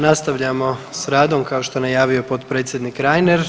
Nastavljamo s radom, kao što je najavio potpredsjednik Reiner.